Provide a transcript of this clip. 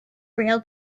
rail